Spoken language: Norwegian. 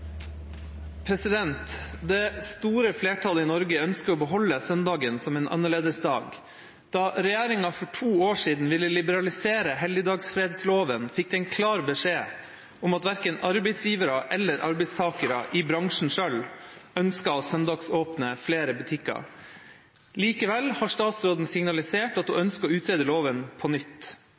store flertallet i Norge ønsker å beholde søndagen som en annerledesdag. Da regjeringen for 2 år siden ville liberalisere helligdagsfredloven, fikk den klar beskjed om at verken arbeidsgivere eller arbeidstakere i bransjen selv ønsket å søndagsåpne flere butikker. Likevel har statsråden signalisert at hun ønsker å utrede loven på nytt.